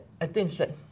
attention